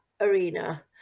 arena